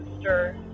stir